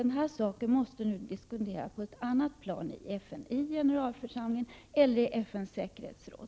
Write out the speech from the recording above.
Denna fråga måste nu diskuteras på ett annat plan i FN, t.ex. i generalförsamlingen eller i FN:s säkerhetsråd.